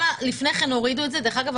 לפני כן הורידו את זה ודרך אגב,